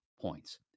points